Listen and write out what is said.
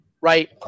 right